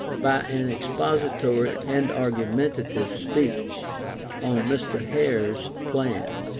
by an expository and argumentative speech on mr. hare's plan